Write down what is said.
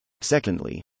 Secondly